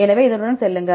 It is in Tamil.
எனவே இதனுடன் செல்லுங்கள்